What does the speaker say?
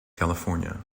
california